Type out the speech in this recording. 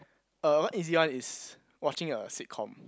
er one easy one is watching a sitcom